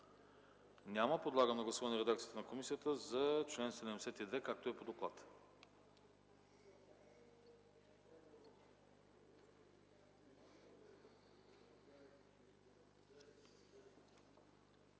Няма. Подлагам на гласуване редакцията на комисията за чл. 74, както е по доклада.